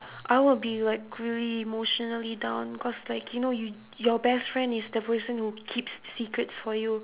I would be like really emotionally down cause like you know you your best friend is the person who keeps secrets for you